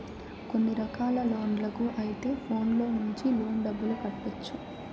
కొన్ని రకాల లోన్లకు అయితే ఫోన్లో నుంచి లోన్ డబ్బులు కట్టొచ్చు